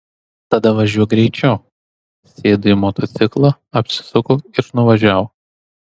tada važiuok greičiau sėdo į motociklą apsisuko ir nuvažiavo